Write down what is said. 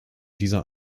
dieser